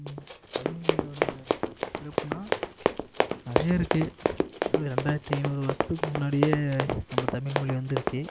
தமிழ் மொழியோட சிறப்புன்னா நிறைய இருக்கு ரெண்டாயிரத்தி ஐநூறு வருஷத்துக்கு முன்னாடியே நம்ம தமிழ் மொழி வந்துடுச்சு